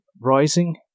rising